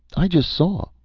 i just saw.